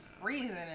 freezing